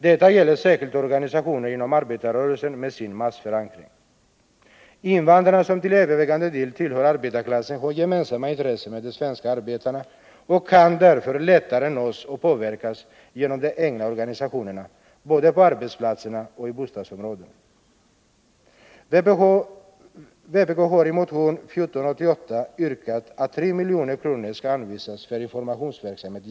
Detta gäller särskilt organisationer inom arbetarrörelsen med sin massförankring. Invandrarna, som till övervägande delen tillhör arbetarklassen, har gemensamma intressen med de svenska arbetarna och kan därför lättare nås och påverkas genom de egna organisationerna både på arbetsplatserna och i bostadsområdena.